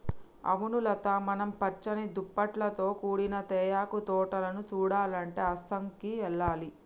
అవును లత మనం పచ్చని దుప్పటాలతో కూడిన తేయాకు తోటలను సుడాలంటే అస్సాంకి ఎల్లాలి